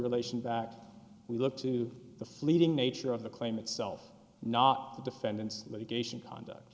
relation back we look to the fleeting nature of the claim itself not the defendant's litigation conduct